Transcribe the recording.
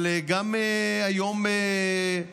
אבל היום גם